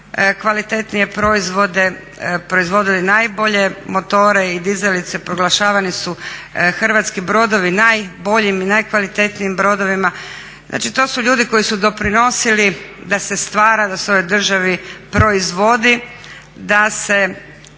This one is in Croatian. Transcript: najkvalitetnije proizvode, proizvodili najbolje motore i dizalice, proglašavani su hrvatski brodovi najboljim i najkvalitetnijim brodovima. Znači, to su ljudi koji su doprinosili da se stvara da se u ovoj državi proizvodi, da se